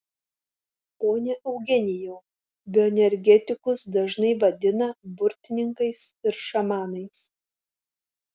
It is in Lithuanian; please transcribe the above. pone eugenijau bioenergetikus dažnai vadina burtininkais ir šamanais